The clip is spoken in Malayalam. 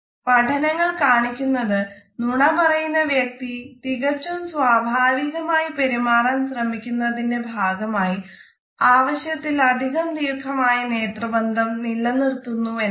പഠനങ്ങൾ കാണിക്കുന്നത് നുണ പറയുന്ന വ്യക്തി തികച്ചും സ്വാഭാവികമായി പെരുമാറാൻ ശ്രമിക്കുന്നതിന്റെ ഭാഗമായി ആവശ്യത്തിലധികം ദീർഘമായ നേത്ര ബന്ധം നിലനിർത്തുന്നു എന്നാണ്